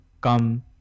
come